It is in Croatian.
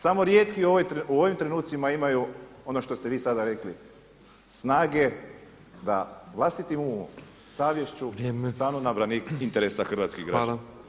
Samo rijetki u ovim trenutcima imaju ono što ste vi sada rekli snage da vlastitim umom, savješću stanu na branik interesa hrvatskih građana.